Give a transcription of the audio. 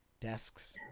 desks